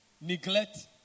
neglect